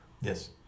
Yes